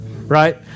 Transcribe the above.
Right